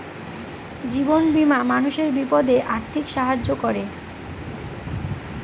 জীবন বীমা মানুষের বিপদে আর্থিক সাহায্য করে